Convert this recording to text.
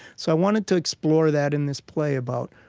so i wanted to explore that in this play about,